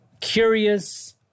curious